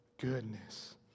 goodness